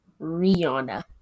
Rihanna